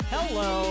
Hello